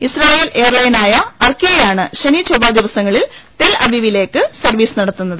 അസ്രായേൽ എയർലൈനായ അർക്കി യയാണ് ശനി ചൊവ്വ ദിവസങ്ങളിൽ തെൽഅവീവിലേക്ക് സർവീസ് നടത്തുന്നത്